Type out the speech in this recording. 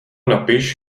napiš